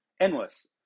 Endless